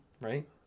Right